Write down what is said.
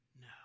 no